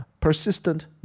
Persistent